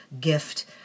gift